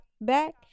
Back